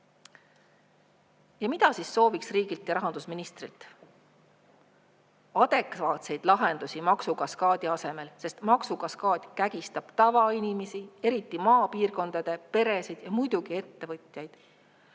mida me siis sooviksime riigilt ja rahandusministrilt? Adekvaatseid lahendusi maksukaskaadi asemel, sest maksukaskaad kägistab tavainimesi, eriti maapiirkondade peresid, ja muidugi ka ettevõtjaid.